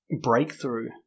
breakthrough